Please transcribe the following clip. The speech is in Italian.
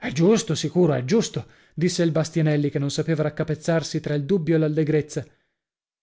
è giusto sicuro è giusto disse il bastianelli che non sapeva raccapezzarsi tra il dubbio e l'allegrezza